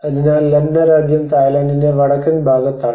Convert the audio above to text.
അതിനാൽ ലന്ന രാജ്യം തായ്ലാൻഡിന്റെ വടക്കൻ ഭാഗത്താണ്